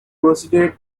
proceeded